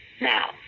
Now